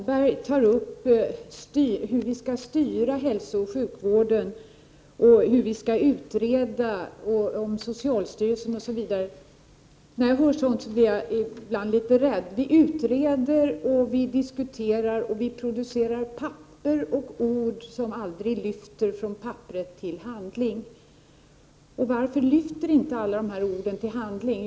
Herr talman! Bo Holmberg tar upp frågan hur hälsooch sjukvården skall styras och hur socialstyrelsen skall utredas osv., och jag blir ibland litet rädd när jag hör sådant. Vi utreder, diskuterar och producerar ord som aldrig lyfter från papperet till handling. Varför lyfter inte alla dessa ord till handling?